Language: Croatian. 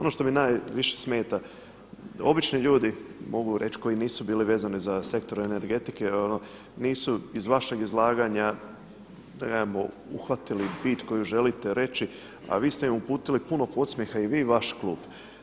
Ono što mi najviše smeta, obični ljudi mogu reći koji nisu bili vezani za sektor energetike nisu iz vašeg izlaganja da kažemo uhvatili bit koju želite reći, a vi ste im uputili puno podsmjeha i vi i vaš klub.